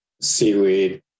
seaweed